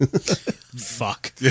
Fuck